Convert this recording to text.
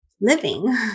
living